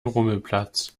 rummelplatz